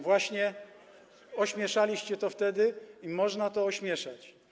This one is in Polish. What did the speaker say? Właśnie ośmieszaliście to wtedy i można to ośmieszać.